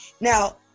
Now